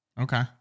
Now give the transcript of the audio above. Okay